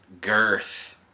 girth